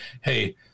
hey